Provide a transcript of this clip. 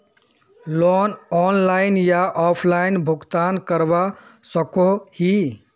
Loan online या offline भुगतान करवा सकोहो ही?